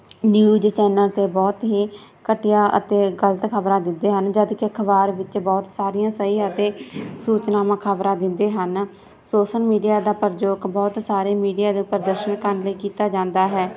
news channel 'ਤੇ ਬਹੁਤ ਹੀ ਘਟੀਆ ਅਤੇ ਗਲਤ ਖ਼ਬਰਾਂ ਦਿੰਦੇ ਹਨ ਜਦੋਂ ਕਿ ਅਖ਼ਬਾਰ ਵਿੱਚ ਬਹੁਤ ਸਾਰੀਆਂ ਸਹੀ ਅਤੇ ਸੂਚਨਾਵਾਂ ਖ਼ਬਰਾਂ ਦਿੰਦੇ ਹਨ ਸੋਸਲ ਮੀਡੀਆ ਦਾ ਪ੍ਰਯੋਗ ਬਹੁਤ ਸਾਰੇ ਮੀਡੀਆ ਦੇ ਪ੍ਰਦਰਸ਼ਨ ਕਰਨ ਲਈ ਕੀਤਾ ਜਾਂਦਾ ਹੈ